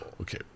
Okay